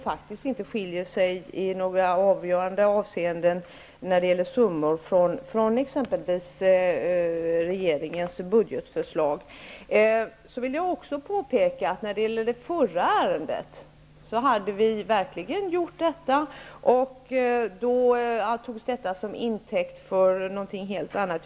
Budgeten skiljer sig inte i några avgörande avseenden när det gäller summor från exempelvis regeringens budgetförslag. Jag vill också påpeka att när det gäller det ärende som behandlades förut hade vi verkligen gjort en finansiering. Då togs detta som intäkt för någonting helt annat.